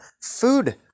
food